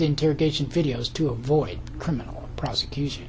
interrogation videos to avoid criminal prosecution